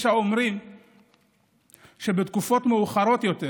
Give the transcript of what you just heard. יש האומרים שבתקופות מאוחרות יותר